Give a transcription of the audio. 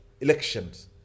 elections